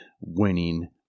winning